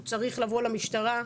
הוא צריך לבוא למשטרה,